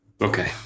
Okay